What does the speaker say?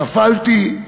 נפלתי,